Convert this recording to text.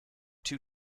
two